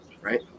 right